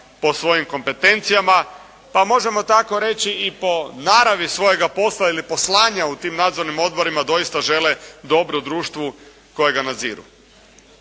po svojim kompetencijama pa možemo tako reći i po naravi svoga posla ili poslanja u tim nadzornim odborima doista žele dobro društvu kojega nadziru.